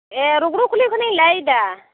ᱮᱸᱜ ᱨᱩᱜᱽᱲᱩ ᱠᱩᱞᱦᱤ ᱠᱷᱚᱱᱤᱧ ᱞᱟᱹᱭ ᱮᱫᱟ